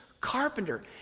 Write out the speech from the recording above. carpenter